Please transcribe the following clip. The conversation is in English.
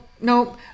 no